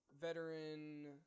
veteran